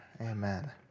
Amen